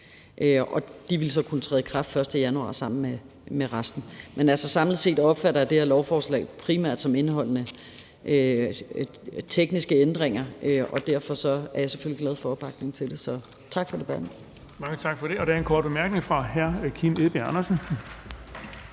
De vil så kunne træde i kraft den 1. januar sammen med resten. Men altså, samlet set opfatter jeg det her lovforslag primært som indeholdende tekniske ændringer, og derfor er jeg selvfølgelig glad for opbakningen til det. Så tak for debatten. Kl. 10:38 Den fg. formand (Erling Bonnesen): Mange tak for det. Der er en kort bemærkning fra hr. Kim Edberg Andersen.